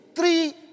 Three